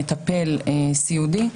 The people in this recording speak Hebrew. מטפל סיעודי,